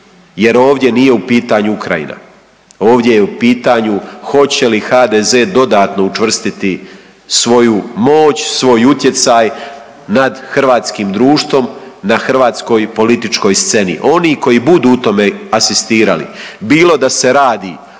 jer ovdje nije u pitanju Ukrajinu. Ovdje je u pitanju hoće li HDZ dodatno učvrstiti svoju moć, svoj utjecaj nad hrvatskim društvom na hrvatskoj političkoj sceni. Oni koji budu u tome asistirali, bilo da se radi o